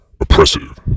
oppressive